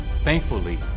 Thankfully